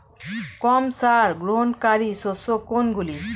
কম সার গ্রহণকারী শস্য কোনগুলি?